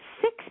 six